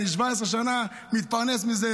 17 שנה אני מתפרנס מזה,